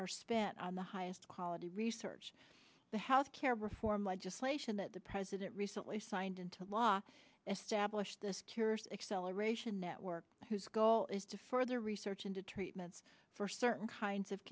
are spent on the highest quality research the health care reform legislation that the president recently signed into law established this terrorist acceleration network whose goal is to further research into treatments for certain kinds of